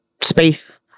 space